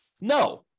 No